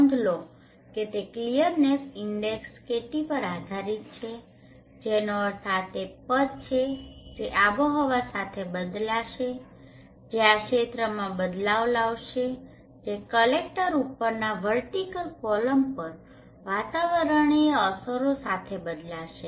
નોંધ લો કે તે ક્લીયરનેસ ઇન્ડેક્સ KT પર આધારિત છે જેનો અર્થ આ તે પદ છે જે આબોહવા સાથે બદલાશે જે આ ક્ષેત્રમાં બદલાવ લાવશે જે કલેક્ટર ઉપરના વર્ટિકલ કોલમ પર વાતાવરણીય અસરો સાથે બદલાશે